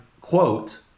quote